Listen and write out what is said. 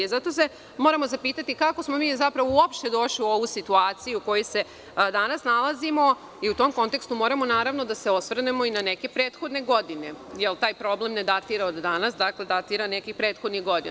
Zato se moramo zapitati kako smo mi uopšte došli u ovu situaciju u kojoj se danas nalazimo i u tom kontekstu moramo da se osvrnemo na neke prethodne godine, jer taj problem ne datira od danas, dakle datira od nekih prethodnih godina.